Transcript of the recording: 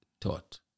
taught